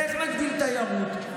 איך נגדיל תיירות?